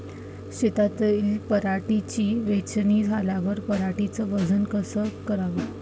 शेतातील पराटीची वेचनी झाल्यावर पराटीचं वजन कस कराव?